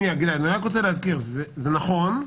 גלעד, אני רק רוצה להזכיר זה נכון,